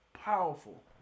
powerful